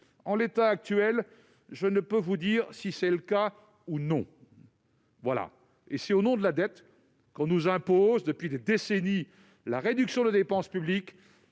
En l'état actuel, je ne puis vous dire si c'est le cas ou non. » Au nom de la dette, on nous impose depuis des décennies la réduction des dépenses publiques